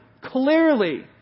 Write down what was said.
clearly